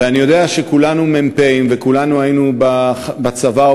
ואני יודע שכולנו מ"פים וכולנו היינו בצבא או